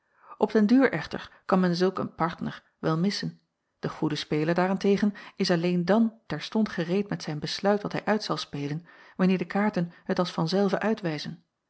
op den duur echter kan men zulk een partner wel missen de goede speler daar-en-tegen is alleen dan terstond gereed met zijn besluit wat hij uit zal spelen wanneer de kaarten het als van zelve uitwijzen